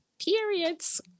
Periods